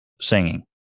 singing